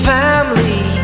family